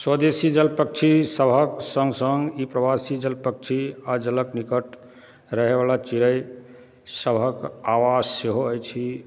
स्वदेशी जल पक्षीसभक सङ्ग सङ्ग ई प्रवासी जल पक्षी आ जलक निकट रहयवला चिड़ैसभक आवास सेहो अछि